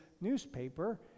newspaper